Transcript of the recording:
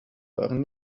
waren